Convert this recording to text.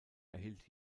erhielt